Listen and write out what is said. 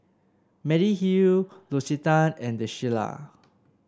Mediheal L'Occitane and The Shilla